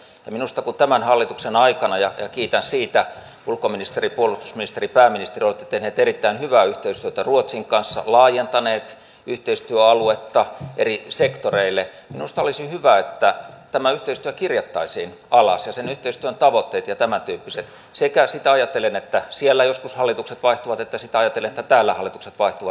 kun tämän hallituksen aikana ja kiitän siitä ulkoministeri puolustusministeri pääministeri olette tehneet erittäin hyvää yhteistyötä ruotsin kanssa laajentaneet yhteistyöaluetta eri sektoreille minusta olisi hyvä että tämä yhteistyö kirjattaisiin alas ja sen yhteistyön tavoitteet ja tämäntyyppiset sekä sitä ajatellen että siellä joskus hallitukset vaihtuvat että sitä ajatellen että täällä hallitukset vaihtuvat